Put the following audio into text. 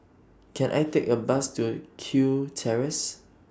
Can I Take A Bus to Kew Terrace